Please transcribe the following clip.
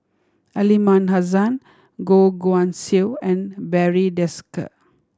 Aliman Hassan Goh Guan Siew and Barry Desker